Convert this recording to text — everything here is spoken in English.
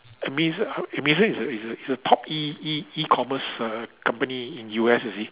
Amazon Amazon is a is a is a top E E E commerce uh company in U_S you see